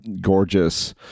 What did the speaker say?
gorgeous